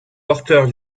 porteurs